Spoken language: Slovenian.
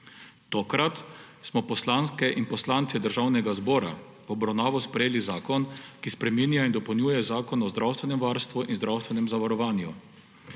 Tokrat smo poslanke in poslanci Državnega zbora v obravnavo sprejeli zakon, ki spreminja in dopolnjuje Zakon o zdravstvenem varstvu in zdravstvenem zavarovanju.